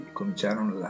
cominciarono